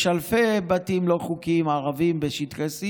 יש אלפי בתים ערביים לא חוקיים בשטחי C